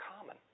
common